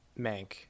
Mank